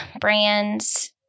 brands